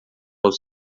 aos